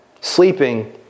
sleeping